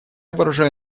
выражаю